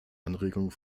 anregung